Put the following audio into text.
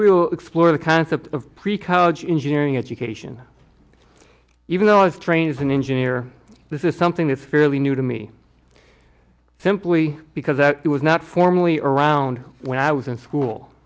will explore the concept of pre college injuring education even though i was trained as an engineer this is something that's fairly new to me simply because it was not formally around when i was in school